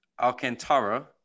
Alcantara